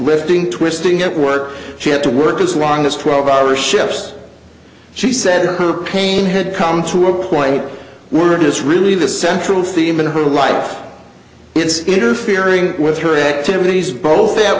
lifting twisting at work she had to work as long as twelve hour shifts she said her pain had come to a point where it is really the central theme in her life it's interfering with her activities both at